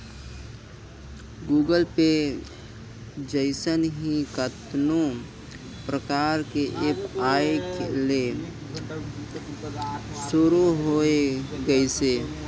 Google Pay जइसन ही कतनो परकार के ऐप आये ले शुरू होय गइसे